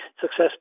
success